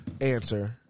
answer